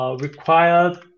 Required